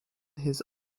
his